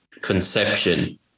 conception